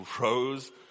rose